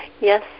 Yes